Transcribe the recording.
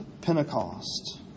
Pentecost